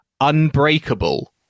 Unbreakable